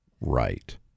right